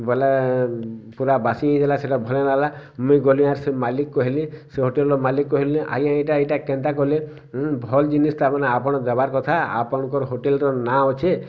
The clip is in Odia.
ବେଲେ ପୁରା ବାସି ହେଇଗଲା ସେଇଟା ଭଲ ନାଇଁ ଲାଗଲା ମୁଁ ଗଲି ଆର୍ ସେ ମାଲିକ୍ କେ କହେଲି ସେ ହୋଟେଲ୍ ର ମାଲିକ୍ କହିଲେ ଆଜ୍ଞା ଏଇଟା ଏଇଟା କେନ୍ତା କଲେ ଉଁ ଭଲ୍ ଜିନିଷ୍ଟା ଆପଣ ଦେବାର୍ କଥା ଆପଣଙ୍କର ହୋଟେଲ୍ ର ନାଁ ଅଛେ